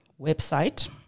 website